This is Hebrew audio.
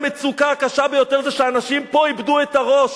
המצוקה הקשה ביותר היא שאנשים פה איבדו את הראש.